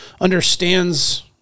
understands